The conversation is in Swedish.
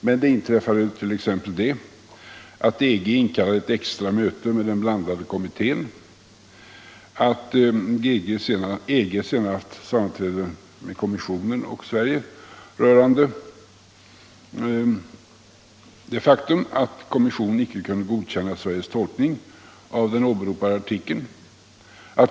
Men EG inkallade t.ex. till ett extra möte med den blandade kommittén, EG-kommissionen sammanträdde sedan med Sverige rörande det faktum att kommissionen inte kunde godkänna Sveriges tolkning av den åberopade artikeln.